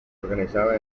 organizaba